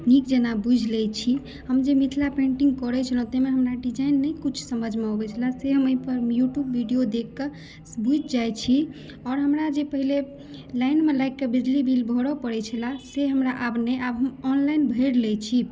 नीक जेना बुझि लैत छी हम जे मिथिला पेन्टिंग करै छलहुँ ताहिमे हमरा डिजाइन नहि किछु समझमे अबै छलए से हम अहिपर युट्युब विडियो देखकऽ बुझि जाइत छी आओर हमरा जे पहिले लाइन मे लागिकऽ बिजली बिल भरय पड़ै छलए से हमरा आब नहि आब हम ऑनलाइन भरि लैत छी